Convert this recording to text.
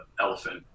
elephant